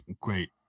great